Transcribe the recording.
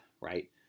right